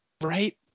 Right